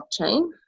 blockchain